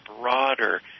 broader